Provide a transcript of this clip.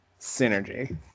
Synergy